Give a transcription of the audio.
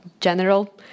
General